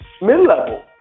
mid-level